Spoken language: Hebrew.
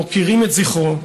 מוקירים את זכרו,